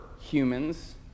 humans